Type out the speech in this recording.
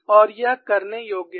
और यह करने योग्य है